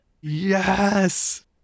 Yes